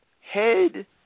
Head